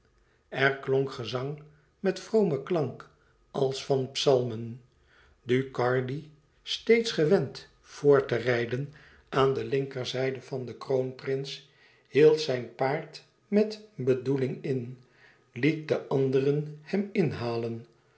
klonk gezang met vromen klank als van psalmen ducardi steeds gewend vr te rijden aan de linkerzijde van den kroonprins hield zijn paard met bedoeling in liet de anderen hem inhalen